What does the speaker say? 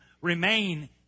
remain